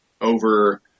over